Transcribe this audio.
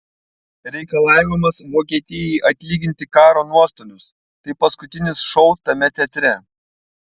reikalavimas vokietijai atlyginti karo nuostolius tai paskutinis šou tame teatre